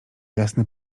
jasny